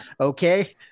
Okay